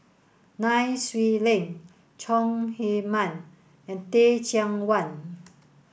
Nai Swee Leng Chong Heman and Teh Cheang Wan